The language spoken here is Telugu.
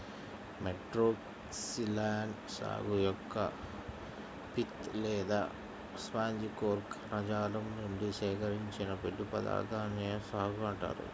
మెట్రోక్సిలాన్ సాగు యొక్క పిత్ లేదా స్పాంజి కోర్ కణజాలం నుండి సేకరించిన పిండి పదార్థాన్నే సాగో అంటారు